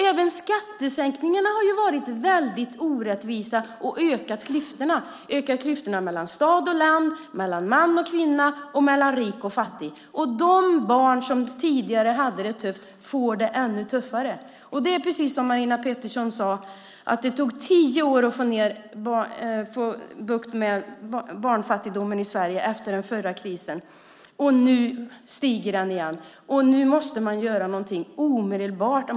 Även skattesänkningarna har varit orättvisa och ökat klyftorna. Klyftorna har ökat mellan stad och land, mellan man och kvinna, mellan rik och fattig. Och de barn som tidigare hade det tufft får det ännu tuffare. Som Marina Pettersson sade tog det efter den förra krisen tio år att få bukt med barnfattigdomen i Sverige. Nu ökar den igen, och därför måste något göras omedelbart.